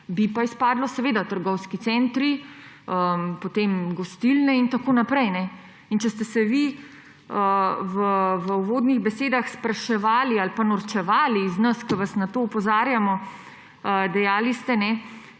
Bi pa izpadli seveda trgovski centri, potem gostilne in tako naprej. Če ste se vi v uvodnih besedah spraševali ali pa norčevali iz nas, ki vas na to opozarjamo; dejali ste